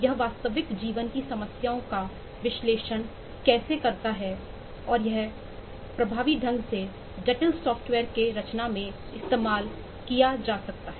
यह वास्तविक जीवन की समस्याओं का विश्लेषण कैसे करता है और यह कैसे करता है प्रभावी ढंग से जटिल सॉफ्टवेयर के रचना में इस्तेमाल किया जा सकता है